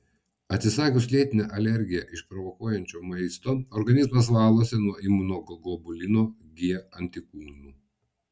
atsisakius lėtinę alergiją išprovokuojančio maisto organizmas valosi nuo imunoglobulino g antikūnų